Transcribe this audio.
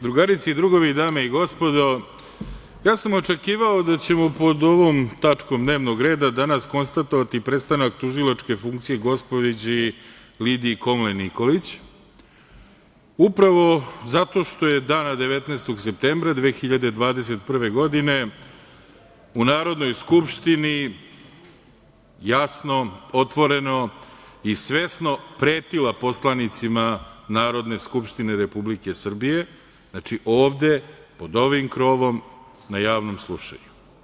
Drugarice i drugovi, dame i gospodo, očekivao sam da ćemo pod ovom tačkom dnevnog reda danas konstatovati prestanak tužilačke funkcije gospođi Lidiji Komlen Nikolić, upravo zato što je dana 19. septembra 2021. godine u Narodnoj skupštini jasno, otvoreno i svesno pretila poslanicima Narodne skupštine Republike Srbije, znači, ovde, pod ovim krovom, na javnom slušanju.